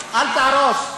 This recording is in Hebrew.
80 עמודים, אל תהרוס.